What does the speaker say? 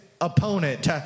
opponent